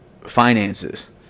finances